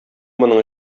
моның